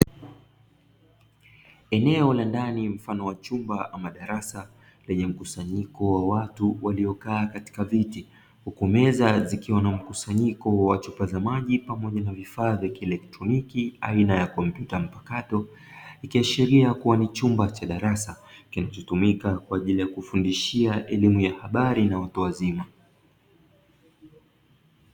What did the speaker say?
Eneo la ndani mfano wa chumba ama darasa, lenye mkusanyiko wa watu waliokaa katika viti, huku meza zikiwa na mkusanyiko wa chupa za maji pamoja na vifaa vya kielektroniki aina ya kompyuta mpakato, ikiashiria kuwa ni chumba cha darasa kinachotumika kwa ajili ya kufundishia elimu ya habari na watu wazima.